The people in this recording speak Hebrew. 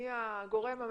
מי הגורם הממשלתי,